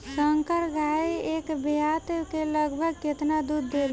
संकर गाय एक ब्यात में लगभग केतना दूध देले?